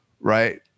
right